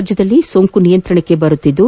ರಾಜ್ಞದಲ್ಲಿ ಸೋಂಕು ನಿಯಂತ್ರಣಕ್ಕೆ ಬರುತ್ತಿದ್ದು